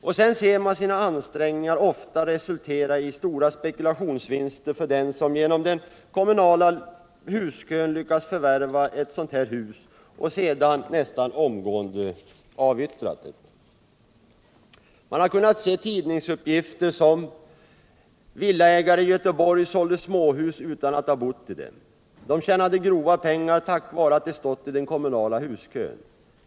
Sedan ser man ofta sina ansträngningar resultera i stora spekulationsvinster för dem som genom den kommunala huskön lyckats förvärva ett sådant hus och därefter nästan omgående avyttrar det. Man har kunnat se tidningsuppgifter som: ”Villaägare i Göteborg sålde småhus utan att ha bott i dem.” De tjänade grova pengar tack vare att de stått i den kommunala huskön.